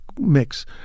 mix